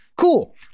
Cool